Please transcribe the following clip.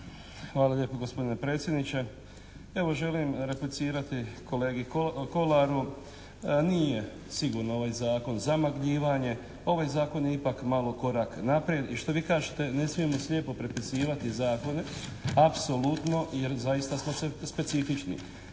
Hvala lijepo, gospodine predsjedniče. Evo želim replicirati kolegi Kolaru. Nije sigurno ovaj Zakon zamagljivanje. Ovaj Zakon je ipak malo korak naprijed, i što vi kažete, ne smijemo slijepo prepisivati zakone. Apsolutno jer zaista smo specifični.